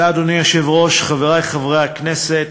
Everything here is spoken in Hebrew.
אדוני היושב-ראש, תודה, חברי חברי הכנסת,